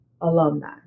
alumni